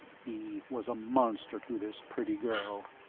he was a monster to this pretty girl.